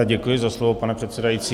Děkuji za slovo, pane předsedající.